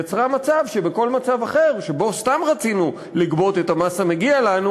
יצרה מצב שבכל מצב אחר שבו סתם רצינו לגבות את המס המגיע לנו